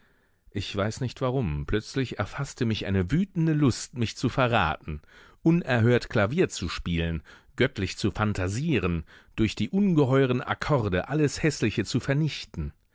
ich weiß nicht warum plötzlich erfaßte mich eine wütende lust mich zu verraten unerhört klavier zu spielen göttlich zu phantasieren durch die ungeheuren akkorde alles häßliche zu vernichten